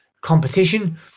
competition